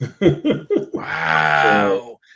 Wow